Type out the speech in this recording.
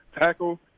Tackle